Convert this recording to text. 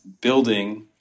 building